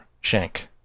shank